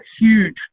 huge